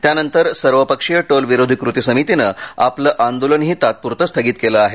त्यानंतर सर्वपक्षीय टोल विरोधी कृती समितीनं आपलं आंदोलनही तात्पुरतं स्थगित केलं आहे